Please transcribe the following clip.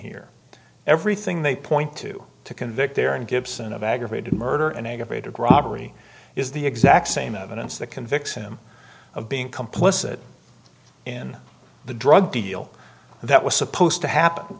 here everything they point to to convict there and gibson of aggravated murder and aggravated robbery is the exact same evidence that convicts him of being complicit in the drug deal that was supposed to happen